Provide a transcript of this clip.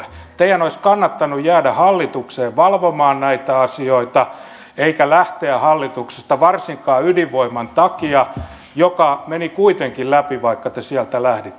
teidän olisi kannattanut jäädä hallitukseen valvomaan näitä asioita eikä lähteä hallituksesta varsinkaan ydinvoiman takia joka meni kuitenkin läpi vaikka te sieltä lähditte